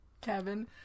Kevin